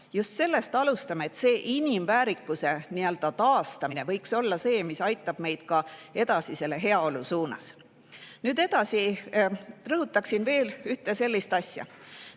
Just sellest alustame, et see inimväärikuse taastamine võiks olla see, mis aitab meid edasi heaolu suunas. Nüüd edasi rõhutaksin veel ühte sellist asja.